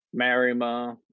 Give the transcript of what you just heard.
Marima